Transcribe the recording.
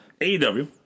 AEW